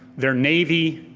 their navy,